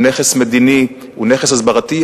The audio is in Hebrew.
הוא נכס מדיני, הוא נכס הסברתי.